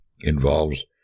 involves